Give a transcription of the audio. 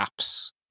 apps